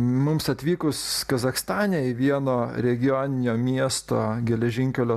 mums atvykus kazachstane į vieno regioninio miesto geležinkelio